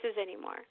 anymore